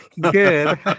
Good